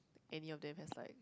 any of them has like